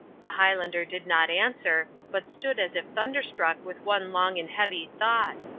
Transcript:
the highlander did not answer, but stood as if thunderstruck with one long and heavy thought.